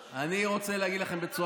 אני לא רוצה פשוט לעשות לך בושות.